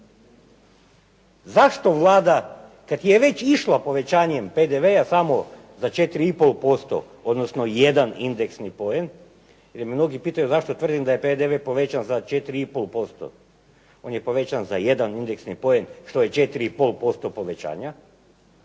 Zašto Vlada, kad je već išla povećanjem PDV-a samo za 4 i pol posto, odnosno jedan indeksni poen. Jer mnogi pitaju zašto tvrdim da je PDV povećan za 4 i pol posto. On je povećan za jedan indeksni poen, što je 4 i pol